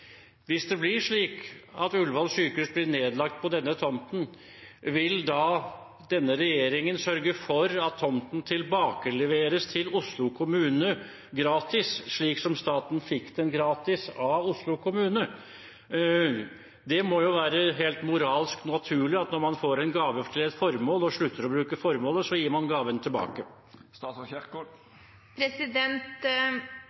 Hvis det blir slik at Ullevål sykehus blir nedlagt på denne tomten, vil da denne regjeringen sørge for at tomten tilbakeleveres til Oslo kommune gratis, slik staten fikk den gratis av Oslo kommune? Det må jo være helt moralsk naturlig at når man får en gave til et formål og slutter å bruke den til formålet, gir man gaven